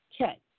Okay